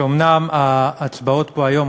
שאומנם ההצבעות פה היום,